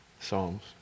Psalms